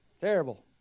Terrible